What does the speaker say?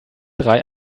drei